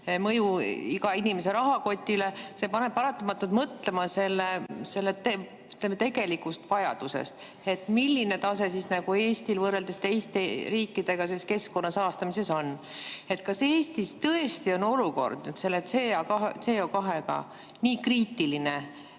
mõju iga inimese rahakotile, paneb paratamatult mõtlema selle tegelikule vajadusele. Milline tase Eestil võrreldes teiste riikidega selles keskkonna saastamises on? Kas Eestis tõesti on olukord CO2-ga nii kriitiline,